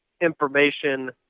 information